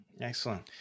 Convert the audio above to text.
Excellent